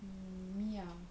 mm me ah